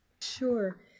sure